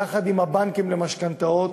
יחד עם הבנקים למשכנתאות,